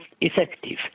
effective